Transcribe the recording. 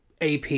AP